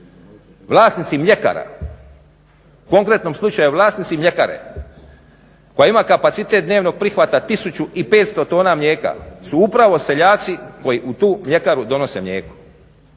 Vlasnici mljekara u konkretnom slučaju vlasnici mljekare koja ima kapacitet dnevnog prihvata 1500 tona mlijeka su upravo seljaci koji u tu mljekaru donose mlijeko